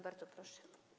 Bardzo proszę.